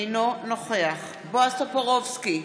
אינו נוכח בועז טופורובסקי,